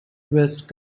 twixt